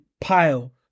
pile